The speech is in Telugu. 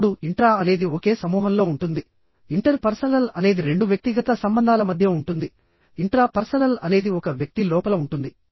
ఇప్పుడు ఇంట్రా అనేది ఒకే సమూహంలో ఉంటుంది ఇంటర్ పర్సనల్ అనేది రెండు వ్యక్తిగత సంబంధాల మధ్య ఉంటుంది ఇంట్రా పర్సనల్ అనేది ఒక వ్యక్తి లోపల ఉంటుంది